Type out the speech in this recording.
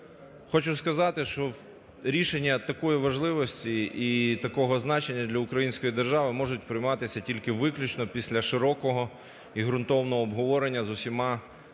Хочу сказати, що рішення такої важливості і такого значення для української держави можуть прийматися тільки виключно після широкого і ґрунтовного обговорення з усіма учасниками